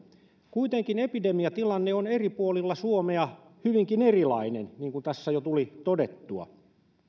kuitenkin epidemiatilanne on eri puolilla suomea hyvinkin erilainen niin kuin tässä jo tuli todettua